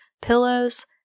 pillows